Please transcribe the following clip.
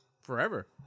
Forever